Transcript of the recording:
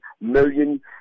million